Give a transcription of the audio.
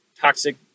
toxic